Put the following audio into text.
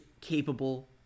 capable